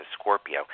Scorpio